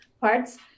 parts